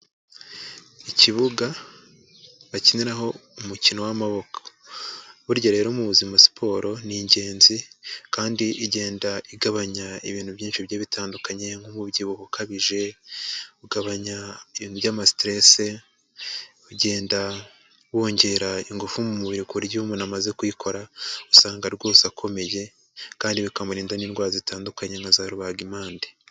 Ikibuga bakiniraho umukino w'amaboko. Burya rero mu buzima siporo ni ingenzi kandi igenda igabanya ibintu byinshi bigiye bitandukanye nk'umubyibuho ukabije, ugabanya ibintu by'amasiteresi, ugenda wongera ingufu mu mubiri ku buryo iyo umuntu amaze kuyikora usanga rwose akomeye kandi bikamurinda n'indwara zitandukanye nka za rubagimpande.